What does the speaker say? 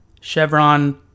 Chevron